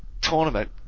tournament